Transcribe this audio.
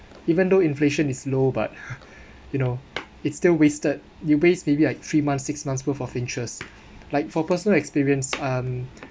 even though inflation is low but you know it's still wasted you waste maybe like three months six months worth of interest like for personal experience um